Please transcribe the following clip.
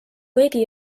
kõigi